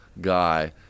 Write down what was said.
guy